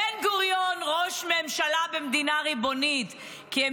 בן-גוריון ראש ממשלה במדינה ריבונית, כי הם